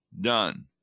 done